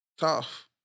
Tough